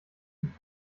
und